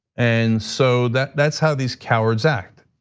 and so that that's how these cowards act.